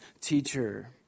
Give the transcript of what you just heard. teacher